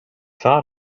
thought